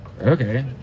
okay